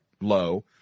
low